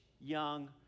young